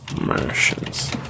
Martians